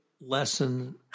lesson